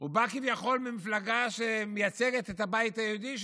הוא בא כביכול ממפלגה שמייצגת את הבית היהודי,